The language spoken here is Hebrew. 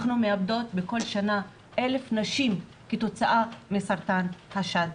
אנחנו מאבדות כל שנה 1,000 נשים כתוצאה מסרטן השד.